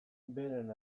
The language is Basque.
beren